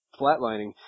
flatlining